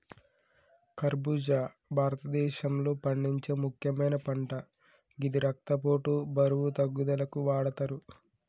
ఖర్బుజా భారతదేశంలో పండించే ముక్యమైన పంట గిది రక్తపోటు, బరువు తగ్గుదలకు వాడతరు